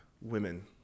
women